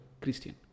Christian